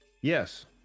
Yes